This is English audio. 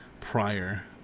prior